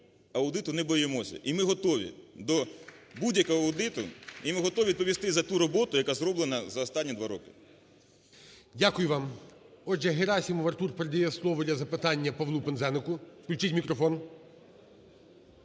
аудиту не боїмося і ми готові до будь-якого аудиту, і ми готові відповісти за ту роботу, яка зроблена за останні два роки. ГОЛОВУЮЧИЙ. Дякую вам. Отже, Герасимов Артур передає слово для запитання Павлу Пинзенику, включіть мікрофон.